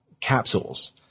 capsules